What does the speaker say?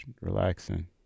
relaxing